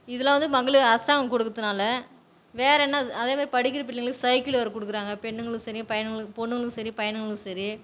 இதெல்லாம் வந்து மகளிர் அரசாங்கம் கொடுக்குறதுனால வேறே என்ன அதேமாரி படிக்கிற பிள்ளைங்களுக்கு சைக்கிள் வேறே கொடுக்குறாங்க பெண்ணுங்களுக்கும் சரி பையனுங்களுக்கு பொண்ணுங்களுக்கும் சரி பையனுங்களுக்கும் சரி